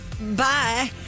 Bye